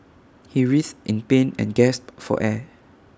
he writhed in pain and gasped for air